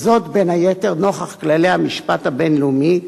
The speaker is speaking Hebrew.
בין היתר נוכח כללי המשפט הבין-לאומי,